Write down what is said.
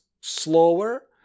slower